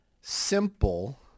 simple